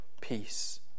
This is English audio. peace